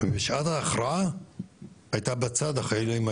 ובשעת ההכרעה הייתה בצד החיילים,